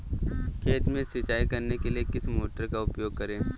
खेत में सिंचाई करने के लिए किस मोटर का उपयोग करें?